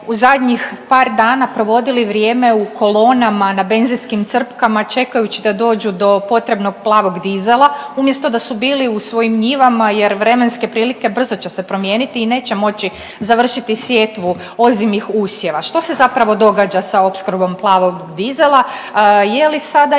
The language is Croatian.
u zadnjih par dana provodili vrijeme u kolonama na benzinskim crpkama čekajući da dođu do potrebnog plavog dizela umjesto da su bili u svojim njivama jer vremenske prilike brzo će se promijeniti i neće moći završiti sjetvu ozimih usjeva. Što se zapravo događa sa opskrbom plavog dizela? Je li sada ista